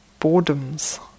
boredoms